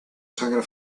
sangre